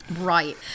Right